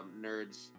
nerds